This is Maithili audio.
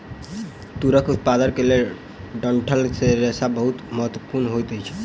तूरक उत्पादन के लेल डंठल के रेशा बहुत महत्वपूर्ण होइत अछि